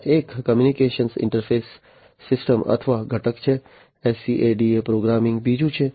ત્યાં એક communication interface system અથવા ઘટક છે SCADA પ્રોગ્રામિંગ બીજું છે